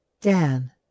Dan